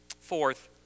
Fourth